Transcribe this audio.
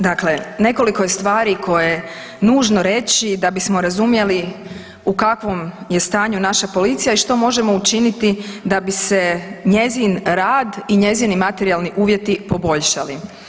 Dakle, nekoliko je stvari koje je nužno reći da bismo razumjeli u kakvom je stanju naša policija i što možemo učiniti da bi se njezin rad i njezini materijalni uvjeti poboljšali.